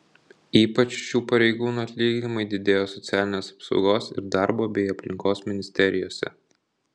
ypač šių pareigūnų atlyginimai didėjo socialinės apsaugos ir darbo bei aplinkos ministerijose